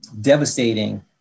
devastating